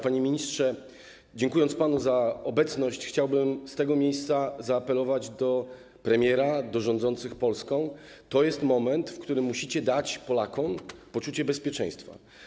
Panie ministrze, dziękując panu za obecność, chciałbym z tego miejsca zaapelować do premiera, do rządzących Polską: To jest moment, w którym musicie dać Polakom poczucie bezpieczeństwa.